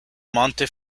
monte